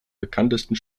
bekanntesten